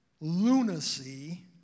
lunacy